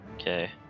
Okay